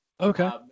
Okay